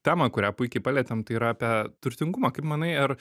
temą kurią puikiai palietėm tai yra apie turtingumą kaip manai ar